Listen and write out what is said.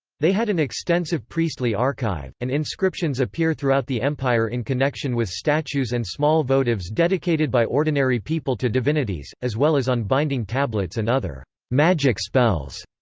they had an extensive priestly archive, and inscriptions appear throughout the empire in connection with statues and small votives dedicated by ordinary people to divinities, as well as on binding tablets and other magic spells,